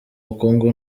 bukungu